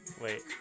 Wait